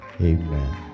Amen